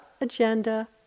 agenda